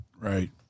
Right